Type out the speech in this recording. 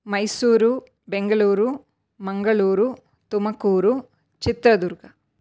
Mysuru Bengaluru Mangaluru Tumakuru Chitradurga